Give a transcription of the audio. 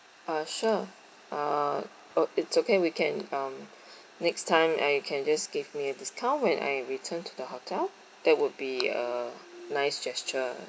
uh sure uh oh it's okay we can um next time uh you can just give me a discount when I returned to the hotel that would be a nice gesture